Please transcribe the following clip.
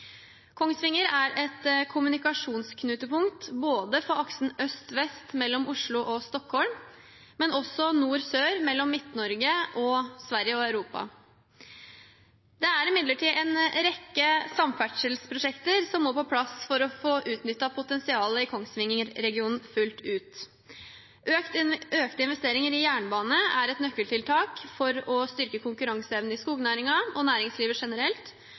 Kongsvinger er et kommunikasjonsknutepunkt både for aksen øst-vest mellom Oslo og Stockholm, og for aksen nord-sør mellom Midt-Norge og Sverige og Europa. Det er imidlertid en rekke samferdselsprosjekter som må på plass for å få utnyttet potensialet i Kongsvinger-regionen fullt ut. Økte investeringer i jernbane er et nøkkeltiltak for å styrke konkurranseevnen i skognæringen og næringslivet generelt,